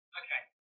okay